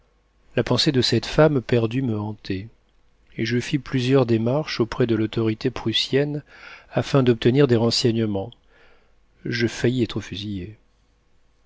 la pensée de cette femme perdue me hantait et je fis plusieurs démarches auprès de l'autorité prussienne afin d'obtenir des renseignements je faillis être fusillé